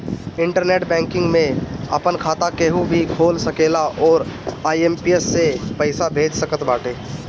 internet banking में आपन खाता केहू भी खोल सकेला अउरी आई.एम.पी.एस से पईसा भेज सकत बाटे